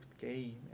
game